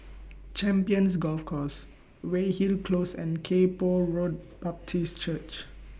Champions Golf Course Weyhill Close and Kay Poh Road Baptist Church